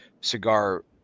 cigar